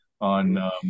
on